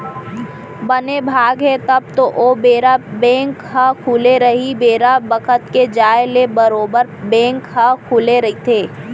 बने भाग हे तब तो ओ बेरा बेंक ह खुले रही बेरा बखत के जाय ले बरोबर बेंक ह खुले रहिथे